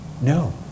No